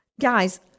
Guys